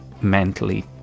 mentally